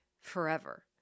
forever